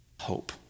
hope